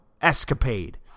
escapade